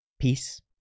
Peace